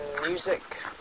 Music